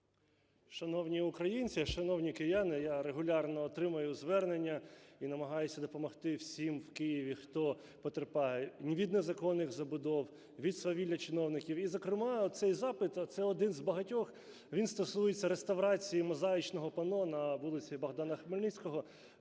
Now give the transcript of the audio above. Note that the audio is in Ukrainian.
Шановні українці, шановні кияни, я регулярно отримую звернення і намагаюся допомогти всім в Києві, хто потерпає від незаконних забудов, від свавілля чиновників, і, зокрема, цей запит, а це один з багатьох, він стосується реставрації мозаїчного панно на вулиці Богдана Хмельницького.